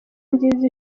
nziza